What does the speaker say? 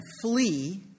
flee